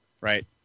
right